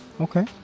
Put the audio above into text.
Okay